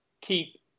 keep